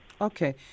Okay